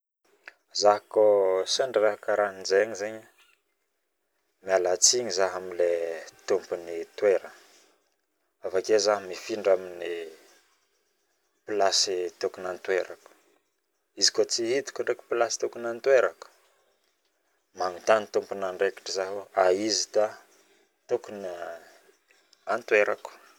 Zaho ko sendra raha karahajegny zaigny e mialatsigny zaha amlay tompony toeragna avakeo zaho mifindra aminy place tokony antoerako izy koa tsy hitako ndraiky place tokony antoerako mangnontany tomponandraikitry zaho aiza place tokony antoerako